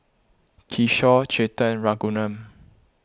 Kishore Chetan Raghuram